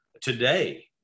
Today